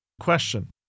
Question